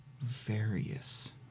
various